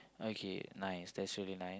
okay nice that's really nice